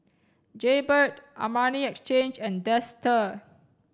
Jaybird Armani Exchange and Dester